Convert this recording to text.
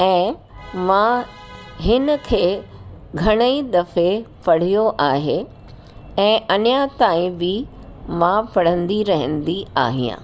ऐं मां हिन खे घणेई दफ़े पढ़ियो आहे ऐं अञा ताईं बि मां पढ़ंदी रहंदी आहियां